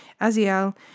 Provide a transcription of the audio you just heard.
Aziel